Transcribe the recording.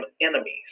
enemies